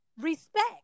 respect